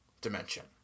dimension